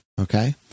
okay